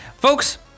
Folks